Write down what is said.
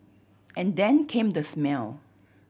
and then came the smell